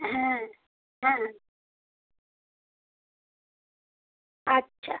হ্যাঁ হ্যাঁ আচ্ছা